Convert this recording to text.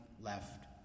left